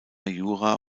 jura